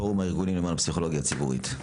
פורום הארגונים למען הפסיכולוגיה הציבורית.